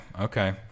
Okay